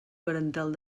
parental